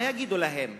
מה יגידו להם?